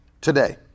today